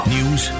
News